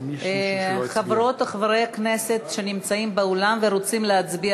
חברות וחברי הכנסת שנמצאים באולם ורוצים להצביע,